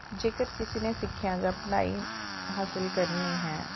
ਜੇਕਰ ਕਿਸੇ ਨੇ ਸਿੱਖਿਆ ਜਾਂ ਪੜ੍ਹਾਈ ਹਾਸਲ ਕਰਨੀ ਹੈ